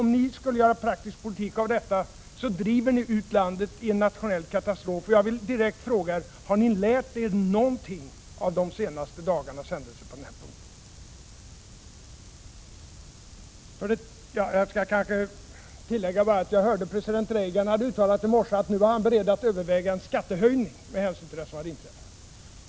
Om ni skulle göra praktisk politik av detta, skulle ni driva ut landet i nationell katastrof. Och jag vill direkt fråga er: Har ni lärt er någonting av de senaste dagarnas händelser på den här punkten? Jag skall kanske tillägga att jag hörde att president Reagan i morse uttalade att han var beredd att överväga skattehöjning med hänsyn till det som har inträffat.